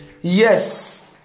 Yes